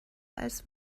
als